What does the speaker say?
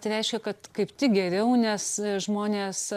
tai reiškia kad kaip tik geriau nes žmonės